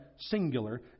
singular